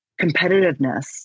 competitiveness